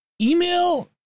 email